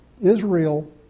Israel